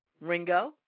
Ringo